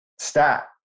stat